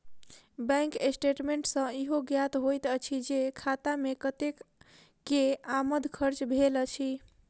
bank statement सॅ ईहो ज्ञात होइत अछि जे खाता मे कतेक के आमद खर्च भेल अछि